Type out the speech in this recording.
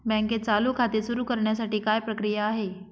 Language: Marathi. बँकेत चालू खाते सुरु करण्यासाठी काय प्रक्रिया आहे?